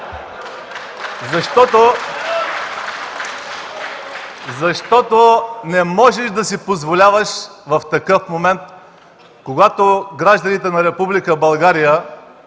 защото не можеш да си позволяваш в такъв момент, когато гражданите на Република България